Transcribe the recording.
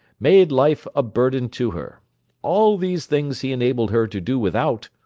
made life a burden to her all these things he enabled her to do without,